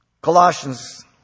Colossians